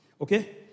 Okay